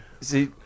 See